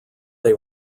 they